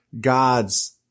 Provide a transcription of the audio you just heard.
God's